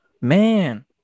man